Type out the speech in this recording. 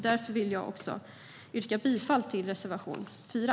Därför vill jag yrka bifall till reservation 4.